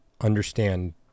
understand